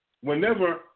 whenever